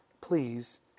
please